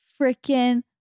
freaking